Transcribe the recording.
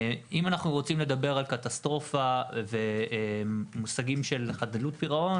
אם אנחנו רוצים לדבר על קטסטרופה ועל מושגים של חדלות פירעוו,